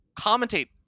commentate